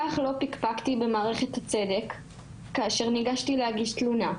כך לא פקפקתי במערכת הצדק כאשר ניגשתי להגיש תלונה.